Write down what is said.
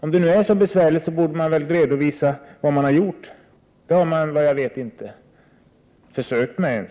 Om det nu är så besvärligt, borde man väl redovisa vad man har gjort. Det har man, såvitt jag vet, inte ens försökt att göra.